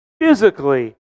physically